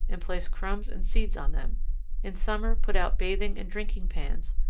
and place crumbs and seeds on them in summer put out bathing and drinking pans,